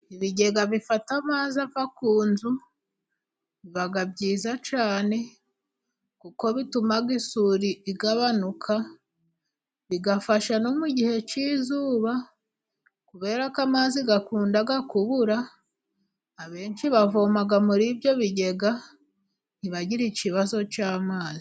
Ibigega bifata amazi ava ku nzu biba byiza cyane, kuko bituma isuri igabanuka, bigafasha no mu gihe cy'izuba, kubera ko amazi akunda kubura, abenshi bavoma muri ibyo bigega, ntibagira ikibazo cy'amazi.